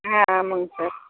ஆ ஆமாங்க சார்